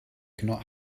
cannot